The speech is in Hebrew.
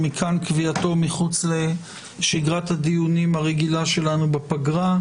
ומכאן קביעתו מחוץ לשגרת הדיונים הרגילה שלנו בפגרה: